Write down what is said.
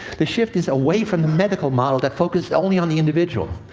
the shift is away from the medical model that focuses only on the individual.